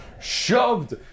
shoved